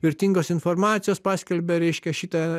vertingos informacijos paskelbia reiškia šitą